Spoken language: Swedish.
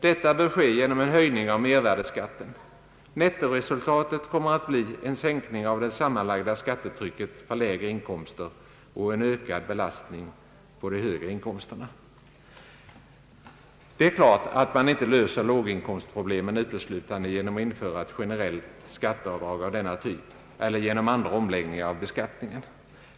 Det bör ske genom en höjning av mervärdeskatten. Nettoresultatet kommer att bli en sänkning av det sammanlagda skattetrycket för lägre inkomster och en ökad belastning på de högre inkomsterna. Det är klart att man inte löser låginkomstproblemen uteslutande genom att införa ett generellt skatteavdrag av den na typ eller genom andra omläggningar av beskattningen.